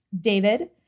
David